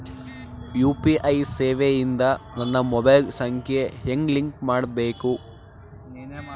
UPI ಸೇವೆ ಇಂದ ನನ್ನ ಮೊಬೈಲ್ ಸಂಖ್ಯೆ ಹೆಂಗ್ ಲಿಂಕ್ ಮಾಡಬೇಕು?